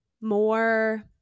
more